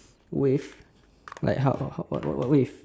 wave like how how how what what what wave